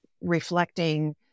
reflecting